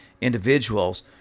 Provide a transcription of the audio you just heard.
individuals